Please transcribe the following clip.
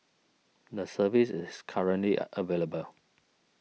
the service is currently available